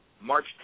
March